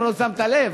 אם לא שמת לב.